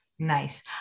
Nice